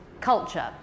culture